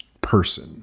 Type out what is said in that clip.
person